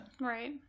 Right